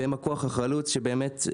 הם הכוח החלוץ שבאמת,